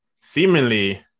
seemingly